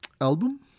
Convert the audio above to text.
album